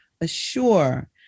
assure